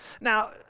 now